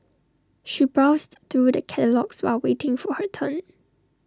she browsed through the catalogues while waiting for her turn